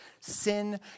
Sin